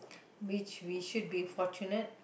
which we should be fortunate